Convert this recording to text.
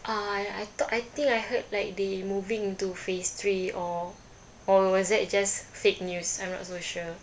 uh I I thought I think I heard like they moving into phase three or or was it just fake news I'm not so sure